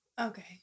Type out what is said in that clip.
okay